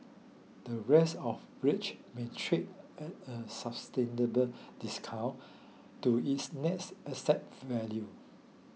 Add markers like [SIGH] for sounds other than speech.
the rest of rich may trade at a [UNINTELLIGIBLE] discount to its net asset value